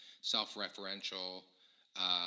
self-referential